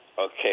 Okay